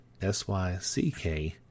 SYCK